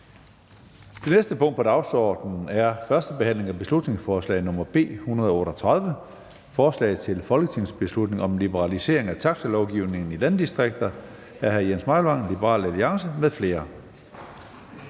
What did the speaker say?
Det næste punkt på dagsordenen er: 16) 1. behandling af beslutningsforslag nr. B 138: Forslag til folketingsbeslutning om liberalisering af taxilovgivningen i landdistrikter. Af Jens Meilvang (LA) m.fl.